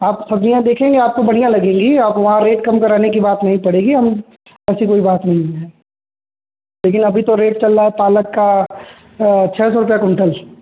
आप सब्ज़ियाँ देखेंगे आपको बढ़िया लगेंगी आप वहाँ रेट कम कराने की बात नहीं पड़ेगी हम ऐसी कोई बात नहीं है लेकिन अभी तो रेट चल रहा है पालक का छः सौ रुपया क्वुंटल